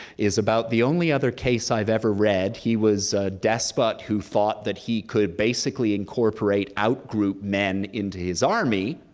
is about the only other case i've ever read. he was a despot who thought that he could basically incorporate out group men into his army,